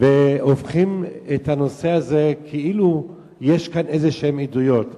והופכים את הנושא הזה כאילו יש כאן עדויות כלשהן.